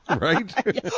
right